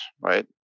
right